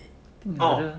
oh